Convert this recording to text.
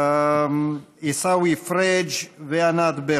עיסאווי פריג' וענת ברקו.